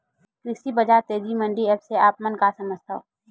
कृषि बजार तेजी मंडी एप्प से आप मन का समझथव?